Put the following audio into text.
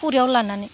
खुरैयाव लानानै